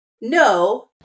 no